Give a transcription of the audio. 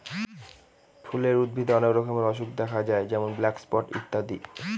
ফুলের উদ্ভিদে অনেক রকমের অসুখ দেখা যায় যেমন ব্ল্যাক স্পট ইত্যাদি